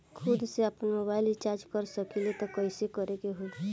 खुद से आपनमोबाइल रीचार्ज कर सकिले त कइसे करे के होई?